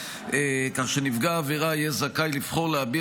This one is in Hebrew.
כך שנפגע עבירה יהיה זכאי לבחור להביע